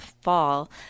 fall